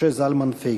משה זלמן פייגלין.